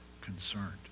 concerned